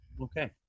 Okay